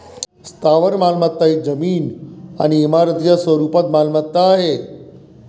स्थावर मालमत्ता ही जमीन आणि इमारतींच्या स्वरूपात मालमत्ता आहे